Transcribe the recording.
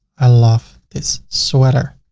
i love this sweater.